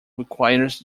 requires